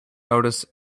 notice